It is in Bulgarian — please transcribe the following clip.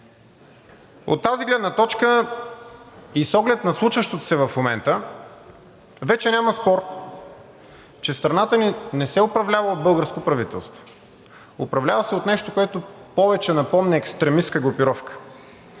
От тази гледна точка и с оглед на случващото се в момента вече няма спор, че страната ни не се управлява от българско правителство. Управлява се от нещо, което повече напомня екстремистка групировка.